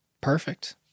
Perfect